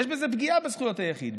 יש בזה פגיעה בזכויות היחיד.